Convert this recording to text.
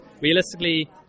realistically